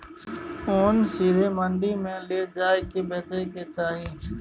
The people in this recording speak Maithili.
ओन सीधे मंडी मे लए जाए कय बेचे के चाही